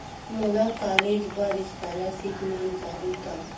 मोला कॉलेज बर स्कालर्शिप मिल जाही का?